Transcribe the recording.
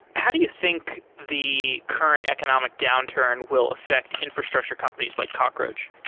how do you think the current economic downturn will affect infrastructure companies like cockroach?